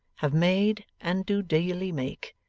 have made, and do daily make,